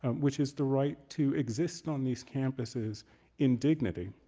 and which is the right to exist on these campuses in dignity,